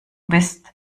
bist